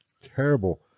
terrible